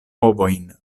ovojn